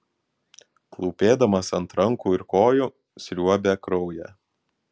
klūpėdamas ant rankų ir kojų sriuobė kraują